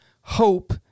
hope